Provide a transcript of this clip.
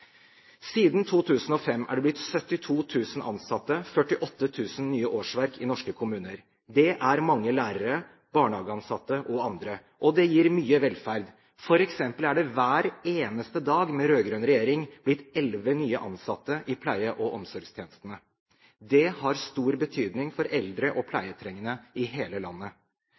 Siden 2005 har det blitt 72 000 ansatte, 48 000 nye årsverk, i norske kommuner. Det er mange lærere, barnehageansatte og andre – og det gir mye velferd. For eksempel er det hver eneste dag med rød-grønn regjering blitt elleve nye ansatte i pleie- og omsorgstjenestene. Det har stor betydning for eldre og pleietrengende i hele landet.